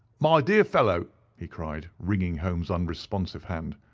my dear fellow, he cried, wringing holmes' unresponsive hand,